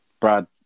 Brad